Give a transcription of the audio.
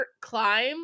climb